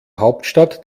hauptstadt